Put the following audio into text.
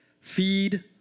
feed